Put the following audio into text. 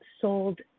sold